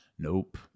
Nope